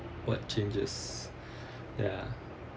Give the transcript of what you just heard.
what changes ya